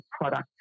product